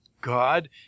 God